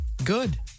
Good